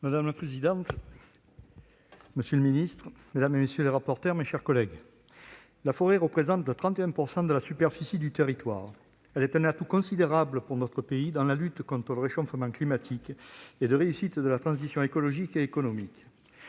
Madame la présidente, monsieur le ministre, mes chers collègues, la forêt représente 31 % de la superficie du territoire. Elle est un atout considérable pour notre pays dans la lutte contre le réchauffement climatique et pour la réussite de la transition écologique et économique.